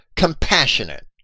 compassionate